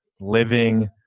living